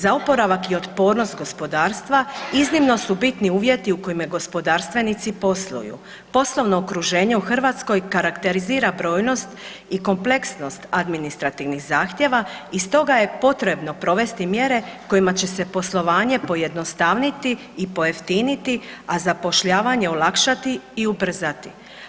Za oporavak i otpornost gospodarstva iznimno su bitni uvjeti u kojima gospodarstvenici posluju, poslovno okruženje u Hrvatskoj karakterizira brojnost i kompleksnost administrativnih zahtjeva i stoga je potrebno provesti mjere kojima će se poslovanje pojednostavniti i pojeftiniti, a zapošljavanje olakšati i ubrzati.